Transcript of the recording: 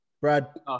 Brad